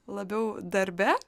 labiau darbe